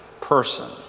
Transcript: person